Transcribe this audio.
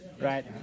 Right